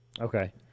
Okay